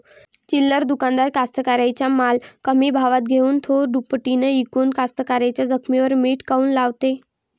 चिल्लर दुकानदार कास्तकाराइच्या माल कमी भावात घेऊन थो दुपटीनं इकून कास्तकाराइच्या जखमेवर मीठ काऊन लावते?